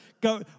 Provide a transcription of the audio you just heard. go